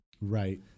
Right